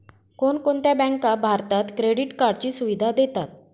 कोणकोणत्या बँका भारतात क्रेडिट कार्डची सुविधा देतात?